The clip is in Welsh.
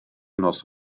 nos